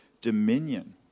dominion